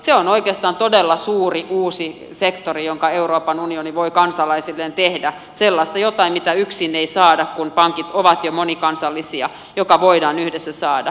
se on oikeastaan todella suuri uusi sektori jonka euroopan unioni voi kansalaisilleen tehdä sellaista jotain mitä yksin ei saada kun pankit ovat jo monikansallisia joka voidaan yhdessä saada